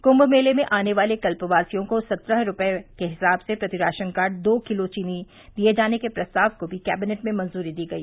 कृष मेले में आने वाले कल्पवासियों को सत्रह रूपये के हिसाब से प्रति राशनकार्ड दो किलो चीनी दिये जाने के प्रस्ताव को भी कैबिनेट में मंजूरी दी गई